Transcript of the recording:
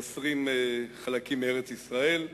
הם מוסרים חלקים מארץ-ישראל.